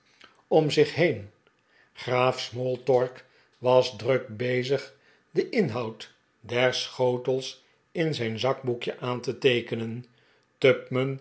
kende zich heen graaf smorltork was druk bezig den inhoud der schotels in zijn zakboekje aan te teekenen